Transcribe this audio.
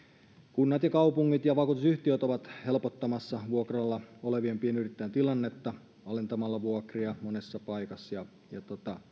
kunnat ja kaupungit ja vakuutusyhtiöt ovat helpottamassa vuokralla olevien pienyrittäjien tilannetta alentamalla vuokria monessa semmoisessa paikassa